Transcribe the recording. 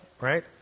right